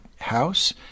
House